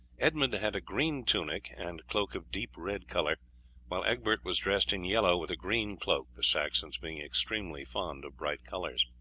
edmund had a green tunic and cloak of deep red colour while egbert was dressed in yellow with a green cloak the saxons being extremely fond of bright colours.